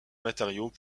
matériaux